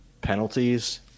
penalties